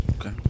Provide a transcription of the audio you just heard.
Okay